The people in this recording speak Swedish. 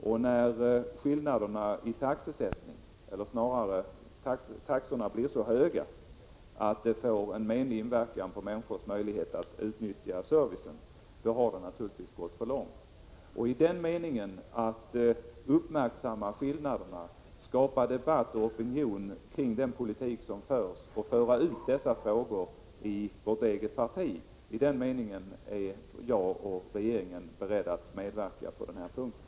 Om taxorna blir så höga att de får en menlig inverkan på människors möjligheter att utnyttja servicen, har det naturligtvis gått för långt. När det gäller att uppmärksamma skillnaderna, att skapa debatt och väcka opinion kring den politik som förs och att föra ut dessa frågor i vårt eget parti är jag och regeringen i övrigt beredda att medverka.